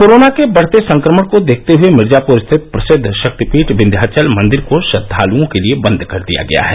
corona के बढ़ते संक्रमण को देखते हुए मिर्जापुर स्थित प्रसिद्ध शक्तिपीठ विन्ध्याचल मंदिर को श्रद्वालुओं के लिये बंद कर दिया गया है